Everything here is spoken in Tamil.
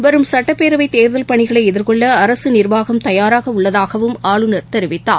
வரும் சட்டப்பேரவைதேர்தல் பணிகளைஎதிர்கொள்ளஅரசுநிர்வாகம் தயாராகஉள்ளதாகவும் ஆளுநர் தெரிவித்தார்